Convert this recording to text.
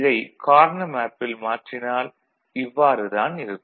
இதை கார்னா மேப்பில் மாற்றினால் இவ்வாறு தான் இருக்கும்